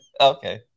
Okay